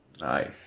Nice